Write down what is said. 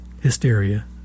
Hysteria